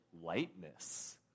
lightness